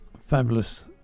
fabulous